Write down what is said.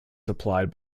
supplied